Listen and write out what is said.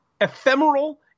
ephemeral